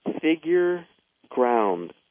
figure-ground